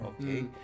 okay